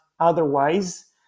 otherwise